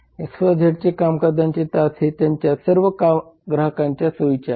XYZ चे कामकाजांचे तास हे त्यांच्या सर्व ग्राहकांना सोयीचे आहेत